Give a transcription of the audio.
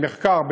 במחקר,